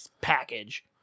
package